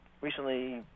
recently